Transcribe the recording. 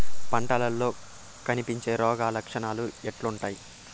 పంటల్లో కనిపించే రోగాలు లక్షణాలు ఎట్లుంటాయి?